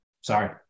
Sorry